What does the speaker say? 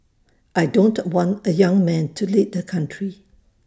I don't want A young man to lead the country